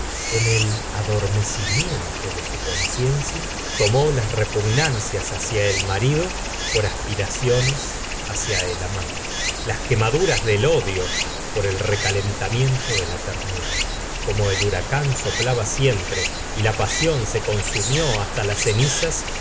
en el adormecimiento de su conciencia tomó las repugnancias hacia el marido por aspiraciones hacia el amante las quemaduras del odio por el recalentamiento de la ternura y como el huracán soplaba siempre y la pasión se consumió hasta las cenizas